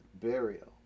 burial